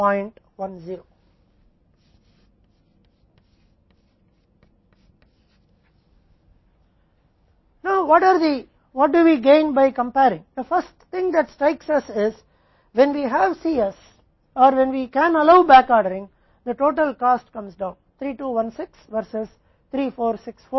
पहली चीज जो हमारे दिमाग में आती है की जब हमारे पास Cs है या जब हम बैकऑर्डरिंग की अनुमति दे सकते हैं तो कुल लागत 3216 vs 3464 जब Cs अनंत था